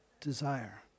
desire